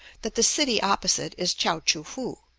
that the city opposite is chao-choo-foo.